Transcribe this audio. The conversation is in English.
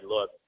look